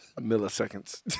milliseconds